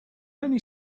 only